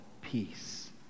peace